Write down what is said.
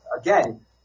Again